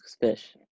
fish